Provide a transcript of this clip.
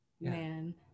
man